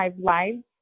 lives